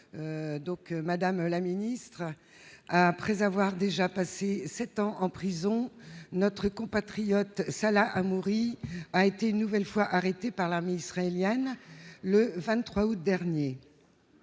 doc, madame la ministre, après avoir déjà passé 7 ans en prison, notre compatriote Salah Hamouri a été une nouvelle fois arrêté par la mi-israélienne le 23 août dernier